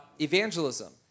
evangelism